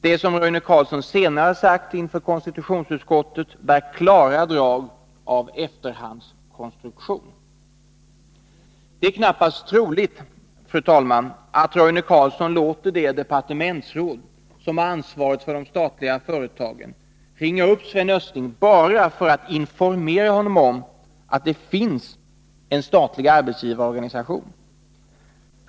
Det Roine Carlsson senare sagt inför konstitutionsutskottet bär klara drag av efterhandskonstruktion. Det är knappast troligt, fru talman, att Roine Carlsson låter det departementsråd som har ansvaret för de statliga företagen ringa upp Sven Östling bara för att informera honom om att det finns en statlig arbetsgivarorganisation.